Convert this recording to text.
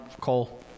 Cole